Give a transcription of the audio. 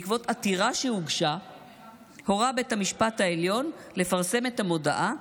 בעקבות עתירה שהוגשה הורה בית המשפט העליון לפרסם את המודעה,